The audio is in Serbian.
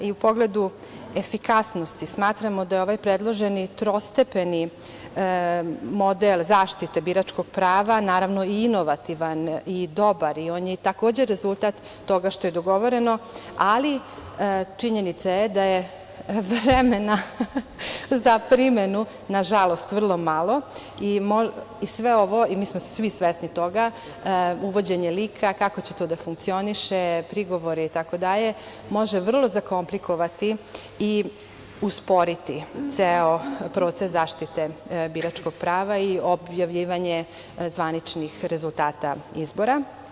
U pogledu efikasnosti, smatramo da je ovaj predloženi trostepeni model zaštite biračkog prava, naravno, inovativan i dobar i on je, takođe, rezultat toga što je dogovoreno, ali činjenica je da je vremena za primenu, nažalost, vrlo malo i sve ovo, svi smo svesni toga, uvođenje i kako će to da funkcioniše, prigovori itd, može vrlo zakomplikovati i usporiti ceo proces zaštite biračkog prava i objavljivanje zvaničnih rezultata izbora.